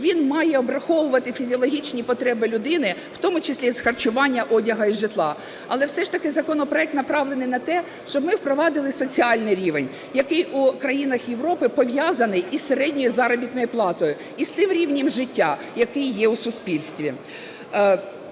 він має обраховувати фізіологічні потреби людини, в тому числі з харчування, одягу і житла. Але все ж таки, законопроект направлений на те, щоб ми впровадили соціальний рівень, який у країнах Європи пов'язаний із середньою заробітною платою і з тим рівнем життя, який є у суспільстві.